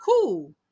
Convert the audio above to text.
cool